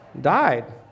died